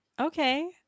Okay